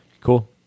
Cool